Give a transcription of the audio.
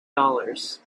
dollars